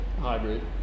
Hybrid